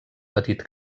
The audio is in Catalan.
petit